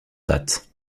date